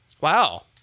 Wow